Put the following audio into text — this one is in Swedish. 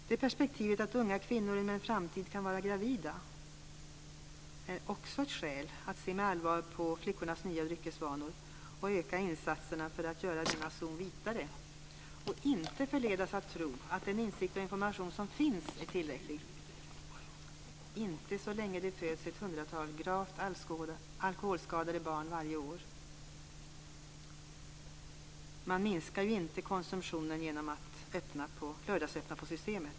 Det perspektivet att unga kvinnor inom en framtid kan vara gravida är också ett skäl att se med allvar på flickornas nya dryckesvanor, att öka insatserna för att göra denna zon vitare och inte förledas att tro att den insikt och information som finns är tillräcklig, inte så länge det föds ett hundratal gravt alkoholskadade barn varje år. Man minskar inte konsumtionen genom att lördagsöppna på Systemet.